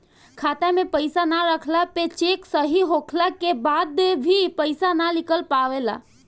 खाता में पईसा ना रहला पे चेक सही होखला के बाद भी पईसा ना निकल पावेला